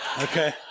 Okay